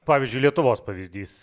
pavyzdžiui lietuvos pavyzdys